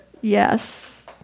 Yes